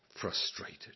frustrated